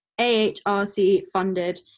AHRC-funded